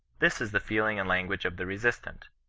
this is the feeling and language of the resistant.